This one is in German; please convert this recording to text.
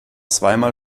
zweimal